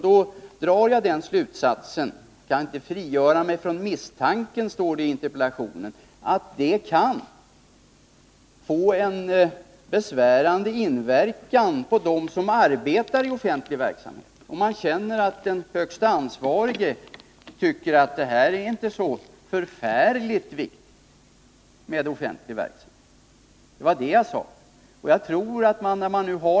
Då drar jag den slutsatsen — ”kan inte frigöra mig från misstanken”, står det i interpellationen — att det kan få besvärande inverkan på dem som arbetar i offentlig verksamhet om man känner att den högste ansvarige inte tycker att det är så förfärligt viktigt med offentlig verksamhet.